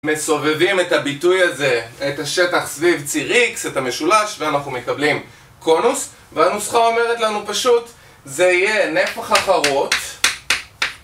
מסובבים את הביטוי הזה, את השטח סביב ציר X, את המשולש, ואנחנו מקבלים קונוס, והנוסחה אומרת לנו פשוט, זה יהיה נפח החרוט